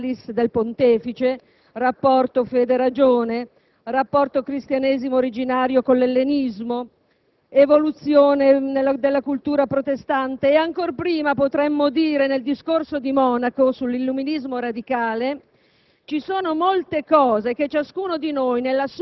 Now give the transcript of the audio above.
Pontefice sono contenuti molti argomenti: rapporto fede‑ragione, rapporto cristianesimo originario con l'ellenismo, evoluzione della cultura protestante; e ancor prima, potremmo dire, nel discorso di Monaco sull'illuminismo radicale,